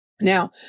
Now